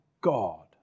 God